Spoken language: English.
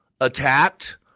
attacked